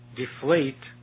deflate